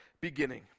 beginning